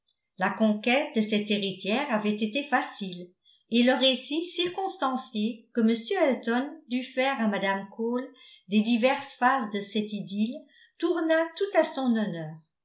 la conquête de cette héritière avait été facile et le récit circonstancié que m elton dut faire à mme cole des diverses phases de cette idylle tourna tout à son honneur